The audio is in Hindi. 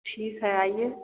ठीक है आइए